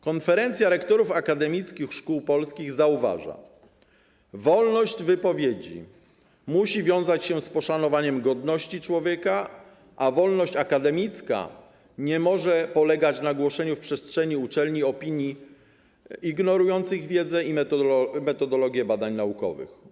Konferencja Rektorów Akademickich Szkół Polskich zauważa, że wolność wypowiedzi musi wiązać się z poszanowaniem godności człowieka, a wolność akademicka nie może polegać na głoszeniu w przestrzeni uczelni opinii ignorujących wiedzę i metodologię badań naukowych.